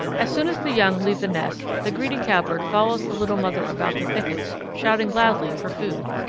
as soon as the young leave the nest the greedy cowbird follows the little mother about the thickets, shouting loudly for food.